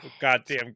goddamn